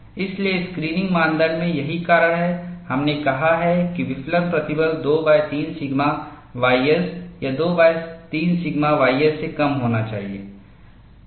इसलिए स्क्रीनिंग मानदंड में यही कारण है हमने कहा है कि विफलन प्रतिबल 23 सिग्मा ys या 23 सिग्मा ys से कम होना चाहिए